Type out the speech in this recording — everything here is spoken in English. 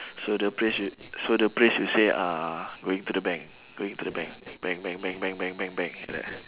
so the phrase you so the phrase you say uh going to the bank going to the bank bank bank bank bank bank bank bank like that